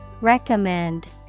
Recommend